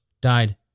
died